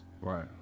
Right